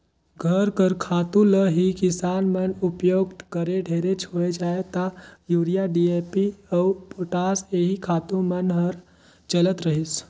घर कर खातू ल ही किसान मन उपियोग करें ढेरेच होए जाए ता यूरिया, डी.ए.पी अउ पोटास एही खातू मन हर चलत रहिस